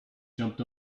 jumped